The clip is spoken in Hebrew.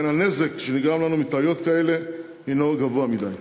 שכן הנזק שנגרם לנו מטעויות כאלה הנו גבוה מדי.